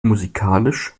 musikalisch